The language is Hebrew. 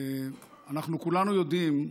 אנחנו כולנו יודעים,